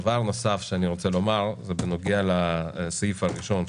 דבר נוסף שאני רוצה לומר זה בנוגע לסעיף הראשון,